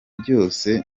byose